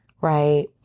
right